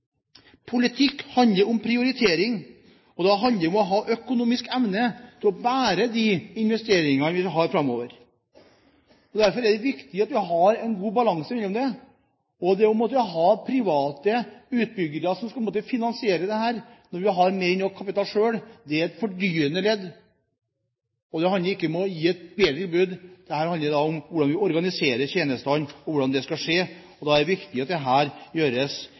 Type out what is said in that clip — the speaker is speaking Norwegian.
Politikk handler om prioritering og om å ha økonomiske evne til å bære de investeringene man har framover. Derfor er det viktig at det er god balanse. Det å ha private utbyggere som skal finansiere dette, når vi har mer enn nok kapital selv, er et fordyrende ledd. Og det handler ikke om å gi et bedre tilbud. Det handler om hvordan vi organiserer tjenestene, og hvordan det skal skje. Da er det viktig at det